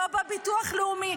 לא בביטוח לאומי.